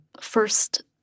first